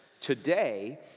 Today